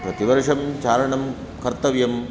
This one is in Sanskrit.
प्रतिवर्षं चारणं कर्तव्यम्